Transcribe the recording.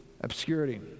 obscurity